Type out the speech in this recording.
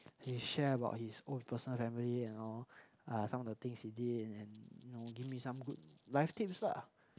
he share about his own personal family and uh all some of the things he did and you know give me some good life tips ah